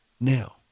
now